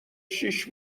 شیش